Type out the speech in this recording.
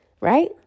right